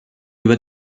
über